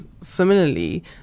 similarly